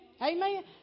Amen